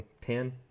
ten